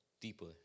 deeper